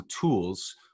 tools